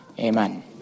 Amen